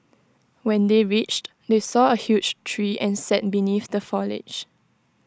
when they reached they saw A huge tree and sat beneath the foliage